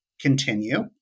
continue